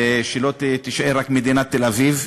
שלא תישאר רק מדינת תל-אביב,